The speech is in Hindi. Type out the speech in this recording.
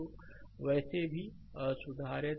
तो यह वैसे भी सुधार है